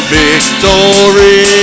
victory